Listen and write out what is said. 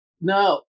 No